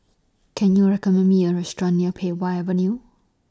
Can YOU recommend Me A Restaurant near Pei Wah Avenue